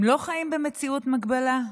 הם לא חיים במציאות מקבילה?